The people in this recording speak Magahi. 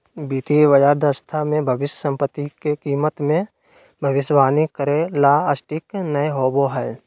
वित्तीय बाजार दक्षता मे भविष्य सम्पत्ति के कीमत मे भविष्यवाणी करे ला सटीक नय होवो हय